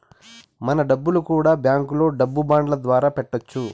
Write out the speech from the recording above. మన డబ్బులు కూడా బ్యాంకులో డబ్బు బాండ్ల ద్వారా పెట్టొచ్చు